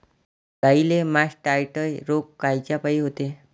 गाईले मासटायटय रोग कायच्यापाई होते?